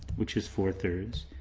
which is four thirds.